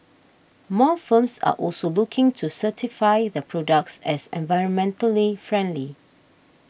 more firms are also looking to certify their products as environmentally friendly